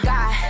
God